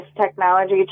technology